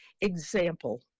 example